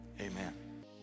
amen